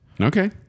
Okay